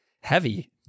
heavy